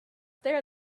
there